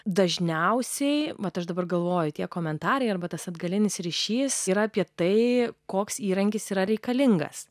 dažniausiai mat aš dabar galvoju tie komentarai arba tas atgalinis ryšys yra apie tai koks įrankis yra reikalingas